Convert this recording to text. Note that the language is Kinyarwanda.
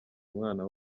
umwana